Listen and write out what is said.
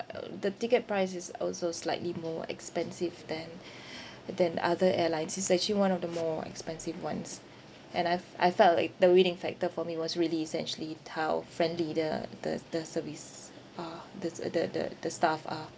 um the ticket price is also slightly more expensive than than other airlines it's actually one of the more expensive ones and I've I felt like the winning factor for me was really essentially how friendly the the the service are the s~ uh the the the staff are